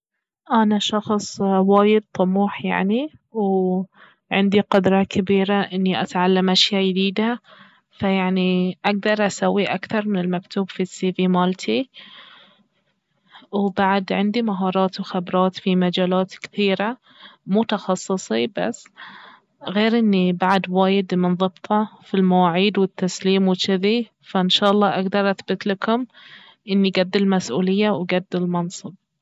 انا شخص وايد طموح يعني وعندي قدرة كبيرة اني اتعلم اشياء يديدة فيعني اكثر اسوي اكثر من المكتوب في السي في مالتي وبعد عندي مهارات وخبرات في مجالات كثيرة مو تخصصي بس غير اني بعد وايد منضبطة في المواعيد والتسليم وجذي فإن شاءالله اقدر اثبتلكم اني قد المسؤولية وقد المنصب